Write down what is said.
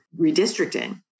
redistricting